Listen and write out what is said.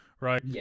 Right